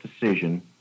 decision